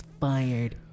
fired